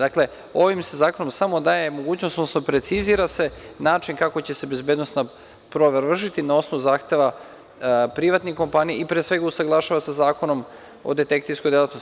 Dakle, ovim se zakonom samo daje mogućnost, odnosno precizira se način kako će se bezbednosna provera vršiti, na osnovu zahteva privatnih kompanija i pre svega usaglašava se sa Zakonom o detektivskoj delatnosti.